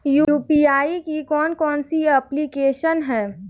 UPI की कौन कौन सी एप्लिकेशन हैं?